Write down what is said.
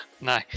No